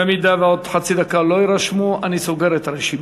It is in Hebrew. במידה שבעוד חצי דקה לא יירשמו אני סוגר את הרשימה.